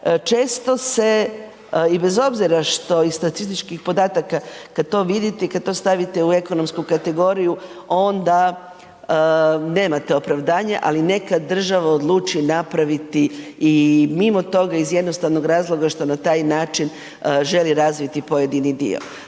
često se i bez obzira što iz statističkih podataka kad to vidite i kad to stavite u ekonomsku kategoriju, onda nemate opravdanje, ali neka država odluči napraviti i mimo toga iz jednostavnog razloga što na taj način želi razviti pojedini dio.